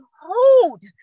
hold